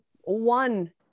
one